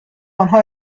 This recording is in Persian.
آنها